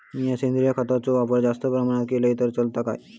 मीया सेंद्रिय खताचो वापर जास्त प्रमाणात केलय तर चलात काय?